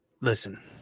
Listen